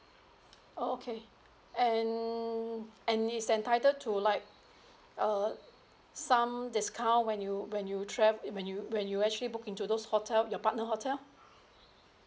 okay and and is entitled to like err some discount when you when you travel when you when you actually book into those hotel your partner hotel